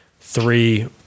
three